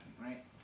right